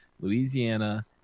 louisiana